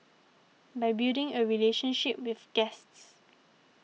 by building a relationship with guests